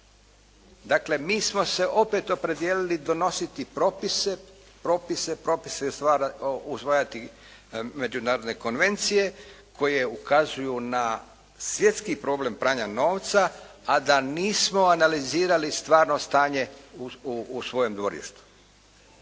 Dakle mi smo se opet opredijelili donositi propise i usvajati međunarodne konvencije koje ukazuju na svjetski problem pranja novca, a da nismo analizirali stvarno stanje u svojem dvorištu.